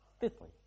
Fifthly